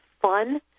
fun